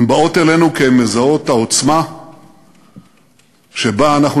הן באות אלינו כי הן מזהות את העוצמה שבה אנחנו